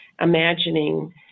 imagining